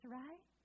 right